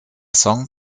song